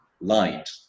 light